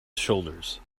shoulders